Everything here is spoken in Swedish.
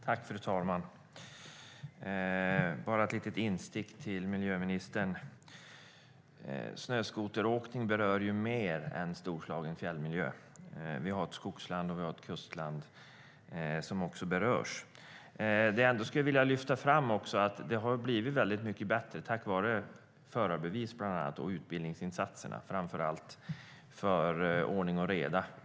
Fru talman! Jag har bara ett litet instick till miljöministern: Snöskoteråkning berör mer än storslagen fjällmiljö. Vi har ett skogsland och ett kustland som också berörs. Jag skulle vilja lyfta fram att det ändå har blivit mycket bättre, bland annat tack vare förarbevis och utbildningsinsatser, framför allt för ordning och reda.